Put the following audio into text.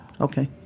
okay